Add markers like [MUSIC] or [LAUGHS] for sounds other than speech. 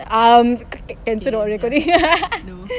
um cancel the recording [LAUGHS]